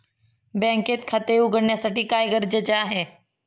बँकेत खाते उघडण्यासाठी काय गरजेचे आहे?